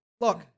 Look